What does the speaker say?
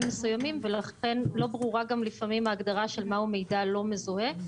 מסוימים ולכן לא ברורה לפעמים ההגדרה של מהו מידע לא מזוהה.